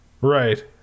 Right